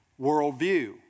worldview